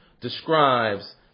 describes